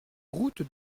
route